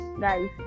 guys